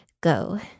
Go